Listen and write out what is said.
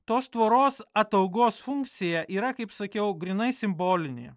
tos tvoros ataugos funkcija yra kaip sakiau grynai simbolinė